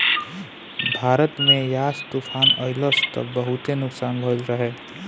भारत में यास तूफ़ान अइलस त बहुते नुकसान भइल रहे